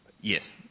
yes